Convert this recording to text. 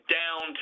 down